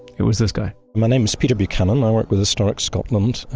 it was this guy my name is peter buchanan. i work with historic scotland.